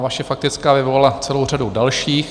Vaše faktická vyvolala celou řadu dalších.